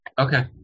Okay